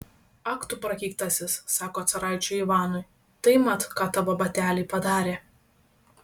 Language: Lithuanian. ak tu prakeiktasis sako caraičiui ivanui tai mat ką tavo bateliai padarė